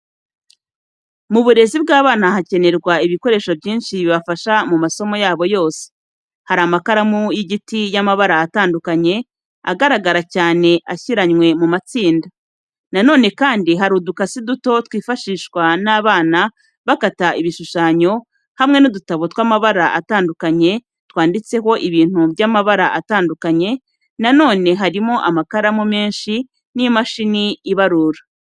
Mu burezi bw'abana hakenerwa ibikoresho byinshi bibafasha mu masomo yabo yose. Hari amakaramu y'igiti y'amabara atandukanye, agaragara cyane ashyiranywe mu matsinda. Na none kandi hari udukasi duto twifashishwa n'abana bakata ibishushanyo, hamwe n'udutabo tw'amabara atandukanye twanditseho ibintu by'amabara atandukanye. Na none harimo amakaramu menshi n'imashini ibarura.